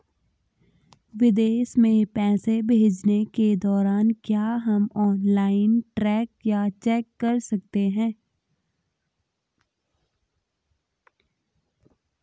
विदेश में पैसे भेजने के दौरान क्या हम ऑनलाइन ट्रैक या चेक कर सकते हैं?